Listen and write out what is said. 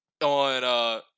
on